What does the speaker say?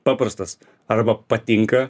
paprastas arba patinka